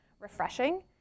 refreshing